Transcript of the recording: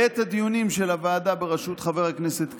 בעת הדיונים של הוועדה בראשות חבר הכנסת קרעי,